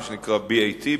מה שנקרא BAT,